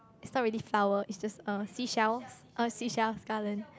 its not really flower its uh seashells uh seashells garland